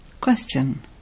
Question